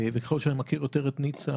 וככל שאני מכיר יותר את ניצה,